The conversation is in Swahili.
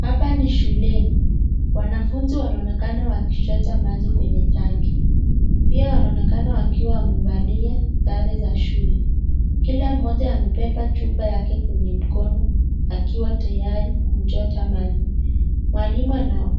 Hapa ni shuleni. Wanafunzi wanaonekana wakichoya maji kwenye tanki pia wanaonekana wakiwa wamevalia sare za shule. Kila moja amebeba chupa yake kwenye mkono akiwa tayari kuchota maji. Mwalimu